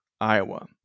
Iowa